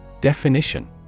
Definition